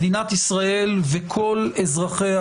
מדינת ישראל וכל אזרחיה,